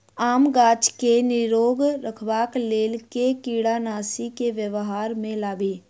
आमक गाछ केँ निरोग रखबाक लेल केँ कीड़ानासी केँ व्यवहार मे लाबी?